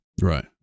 Right